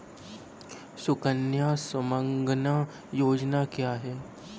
सुकन्या सुमंगला योजना क्या है?